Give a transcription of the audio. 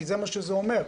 כי זה מה שזה אומר,